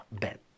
bed